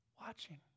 watching